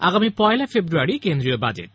আগামী পয়লা ফেব্রুয়ারী কেন্দ্রীয় বাজেট